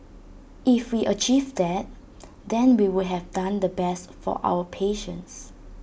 if we achieve that then we would have done the best for our patients